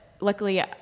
Luckily